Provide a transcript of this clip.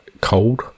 cold